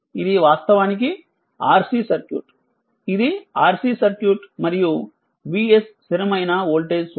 ఇది వాస్తవానికి RC circuit ఇది RC సర్క్యూట్ మరియు vs స్థిరమైన వోల్టేజ్ సోర్స్